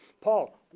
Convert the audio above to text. Paul